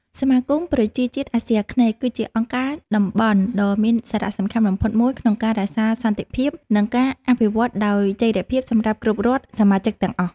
សមាគមប្រជាជាតិអាស៊ីអាគ្នេយ៍ គឺជាអង្គការតំបន់ដ៏មានសារៈសំខាន់បំផុតមួយក្នុងការរក្សាសន្តិភាព និងការអភិវឌ្ឍដោយចីរភាពសម្រាប់គ្រប់រដ្ឋសមាជិកទាំងអស់។